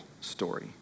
story